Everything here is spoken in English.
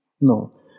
No